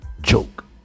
joke